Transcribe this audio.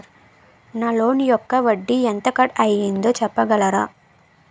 నా లోన్ యెక్క వడ్డీ ఎంత కట్ అయిందో చెప్పగలరా?